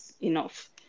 enough